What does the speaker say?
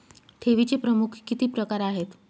ठेवीचे प्रमुख किती प्रकार आहेत?